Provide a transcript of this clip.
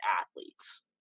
athletes